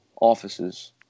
offices